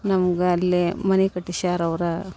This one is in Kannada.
ನಮ್ಗೆ ಅಲ್ಲೇ ಮನೆ ಕಟ್ಟಿಸ್ಯಾರ್ ಅವ್ರು